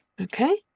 Okay